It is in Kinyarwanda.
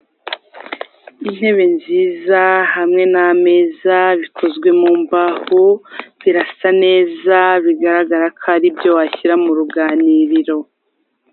Intebe nziza hamwe n'ameza bikozwe mu mbaho, birasa neza bigaragara ko ari ibyo washyira mu ruganiriro.